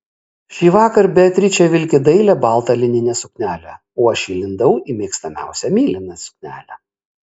šįvakar beatričė vilki dailią baltą lininę suknelę o aš įlindau į mėgstamiausią mėlyną suknelę